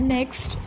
Next